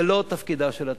זה לא תפקידה של התעשייה,